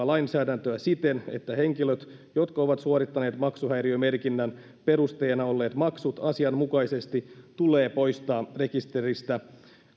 lainsäädäntöä siten että henkilöt jotka ovat suorittaneet maksuhäiriömerkinnän perusteena olleet maksut asianmukaisesti tulee poistaa rekisteristä